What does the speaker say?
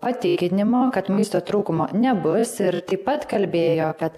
patikinimo kad maisto trūkumo nebus ir taip pat kalbėjo kad